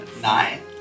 Nine